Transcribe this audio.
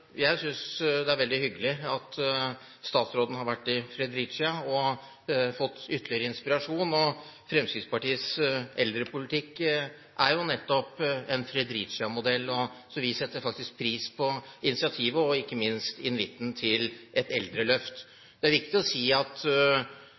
Jeg synes det er veldig hyggelig at statsråden har vært i Fredericia og fått ytterligere inspirasjon. Fremskrittspartiets eldrepolitikk er jo nettopp Fredericia-modellen, så vi setter faktisk pris på initiativet og ikke minst invitten til et